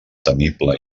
temible